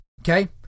Okay